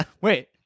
Wait